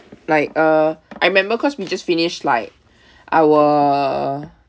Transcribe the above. like uh I remember because we just finished like our